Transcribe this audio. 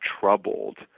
troubled